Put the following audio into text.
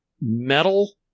metal